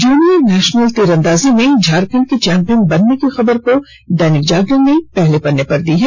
junior national तीरंदाजी में झारखंड के चैंपियन बनने की खबर को दैनिक जागरण ने पहले पन्ने पर जगह दी है